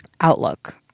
outlook